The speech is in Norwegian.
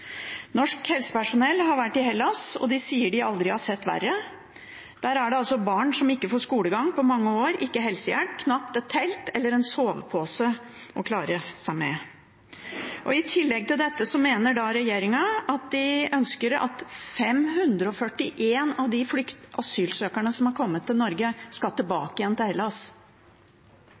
Norsk helsepersonell har vært i Hellas, og de sier de aldri har sett verre. Der er det altså barn som ikke får skolegang på mange år, ikke helsehjelp, knapt et telt eller en sovepose å klare seg med. I tillegg til dette mener regjeringen at 541 av de asylsøkerne som er kommet til Norge, skal tilbake igjen til Hellas.